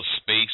space